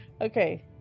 Okay